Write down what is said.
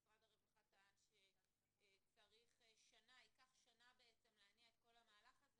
משרד הרווחה טען שתארך שנה להניע את כל המהלך הזה.